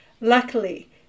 Luckily